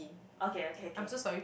okay okay okay